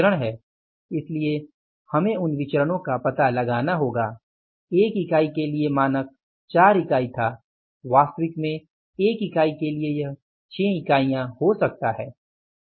इसलिए हमें उन विचरणों का पता लगाना होगा 1 इकाई के लिए मानक 4 इकाई था वास्तविक में 1 इकाई के लिए यह 6 इकाइयां हो सकती है